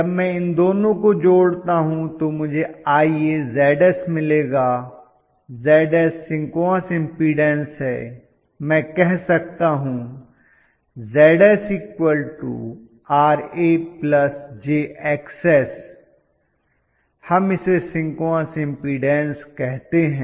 जब मैं इन दोनों को जोड़ता हूं तो मुझे IaZs मिलेगा Zs सिंक्रोनस इम्पीडन्स है मैं कह सकता हूं Zs Ra jXs हम इसे सिंक्रोनस इम्पीडन्स कहते हैं